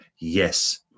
yes